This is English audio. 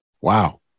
Wow